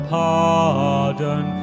pardon